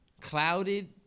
Clouded